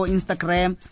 Instagram